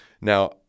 Now